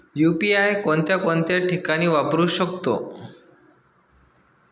UPI कोणकोणत्या ठिकाणी वापरू शकतो?